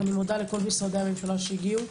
אני מודה לכל משרדי הממשלה שהגיעו,